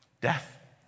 death